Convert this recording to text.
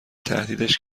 تهدیدش